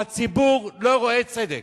הציבור לא רואה צדק.